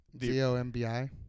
z-o-m-b-i